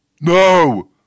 No